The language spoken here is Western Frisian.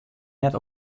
net